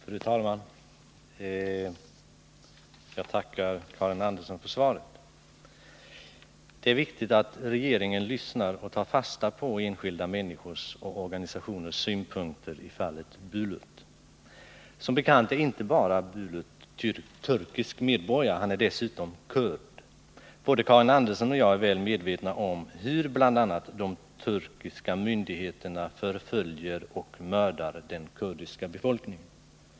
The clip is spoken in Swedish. Fru talman! Jag tackar Karin Andersson för svaret. Det är viktigt att regeringen lyssnar och tar fasta på enskilda människors och organisationers synpunkter i fallet Bulut. Som bekant är Bulut inte bara turkisk medborgare. Han är också kurd. Både Karin Andersson och jag är väl medvetna om hur bl.a. de turkiska myndigheterna förföljer och mördar den kurdiska befolkningen.